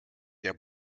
der